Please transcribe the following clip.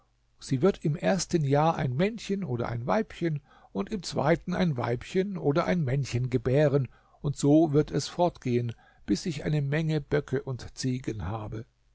sie wird im ersten jahr ein männchen oder ein weibchen und im zweiten ein weibchen oder ein männchen gebären und so wird es fortgehen bis ich eine menge böcke und ziegen habe